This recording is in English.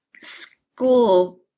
school